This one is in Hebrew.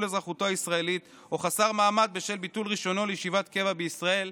אזרחותו הישראלית או חסר מעמד בשל ביטול רישיונו לישיבת קבע בישראל,